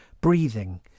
breathing